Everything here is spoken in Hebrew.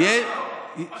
ההקבלה הזאת לא במקום,